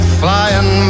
flying